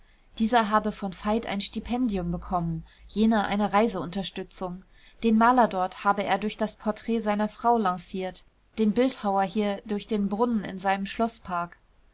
dieser habe von veit ein stipendium bekommen jener eine reiseunterstützung den maler dort habe er durch das porträt seiner frau lanciert den bildhauer hier durch den brunnen in seinem schloßpark